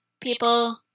people